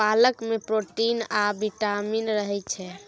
पालक मे प्रोटीन आ बिटामिन रहय छै